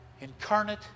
incarnate